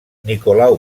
nicolau